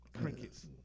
Crickets